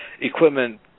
equipment